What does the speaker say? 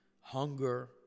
hunger